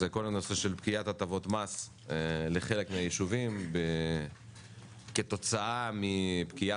זה כל הנושא של פקיעת הטבות מס לחלק מהישובים כתוצאה מפקיעת